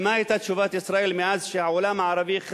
ומה היתה תשובת ישראל מאז הכריז העולם הערבי,